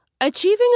Achieving